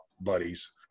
buddies